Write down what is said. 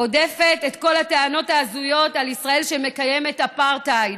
הודפת את כל הטענות ההזויות על ישראל שמקיימת אפרטהייד,